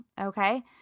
okay